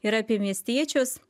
ir apie miestiečius